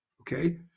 okay